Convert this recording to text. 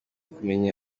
kumenya